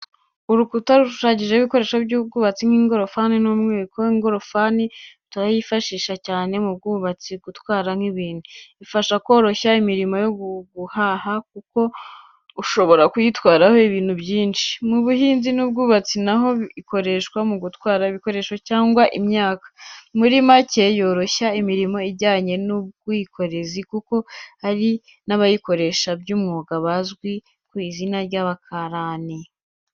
Urukuta rushushanyijeho ibikoresho by'ubwubatsi nk'ingorofani n'umwiko. Ingorofani turayifashisha, cyane mu bwubatsi no gutwara ibintu. Ifasha koroshya imirimo yo guhaha kuko umuntu ashobora kuyitwaraho ibintu byinshi. Mu buhinzi n’ubwubatsi naho ikoreshwa mu gutwara ibikoresho cyangwa imyaka. Muri macye yoroshya imirimo ijyanye n’ubwikorezi kuko hari n’abayikoresha by’umwuga bazwi ku izina ry’abakarani.